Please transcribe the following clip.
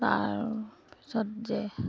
তাৰপিছত যে